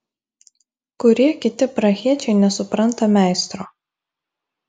kurie kiti prahiečiai nesupranta meistro